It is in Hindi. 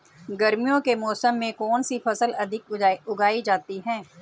गर्मियों के मौसम में कौन सी फसल अधिक उगाई जाती है?